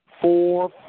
four